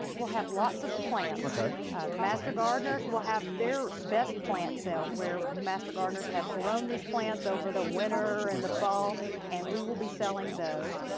we'll have lots of plants. like ah the master gardeners will have their best plant sale where the master gardeners have grown these plants over the winter and the fall and we will be selling those.